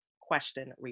question